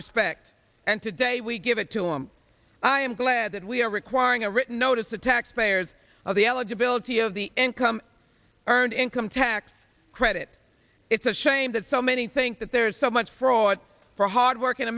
respect and today we give it to him i am glad that we are requiring a written notice the taxpayers of the eligibility of the income earned income tax credit it's a shame that so many think that there's so much fraud for hardworking